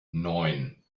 neun